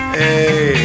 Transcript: hey